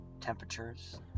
temperatures